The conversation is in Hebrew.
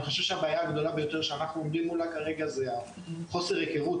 אני חושב שהבעיה הגדולה ביותר אנחנו עומדים מולה כרגע זה חוסר היכרות,